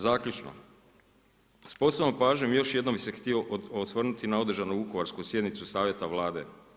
Zaključno, s posebnom pažnjom još jednom bi se htio osvrnuti na održanu vukovarsku sjednicu savjeta Vlade.